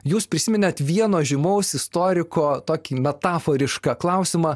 jūs prisiminėt vieno žymaus istoriko tokį metaforišką klausimą